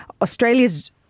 Australia's